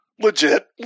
legit